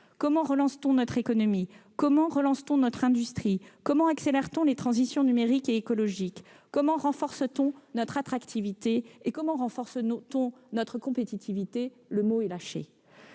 Comment relance-t-on notre économie ? Comment relance-t-on notre industrie ? Comment accélère-t-on les transitions numériques et écologiques ? Comment renforce-t-on notre attractivité et, finalement- le mot est lâché -, notre compétitivité ? Comment